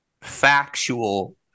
factual